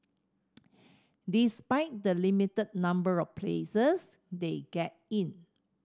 despite the limited number of places they get in